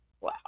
wow